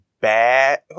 bad